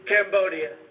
Cambodia